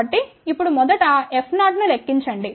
కాబట్టి ఇప్పుడు మొదట F0నులెక్కించండి